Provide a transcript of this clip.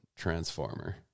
transformer